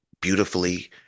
beautifully